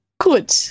Good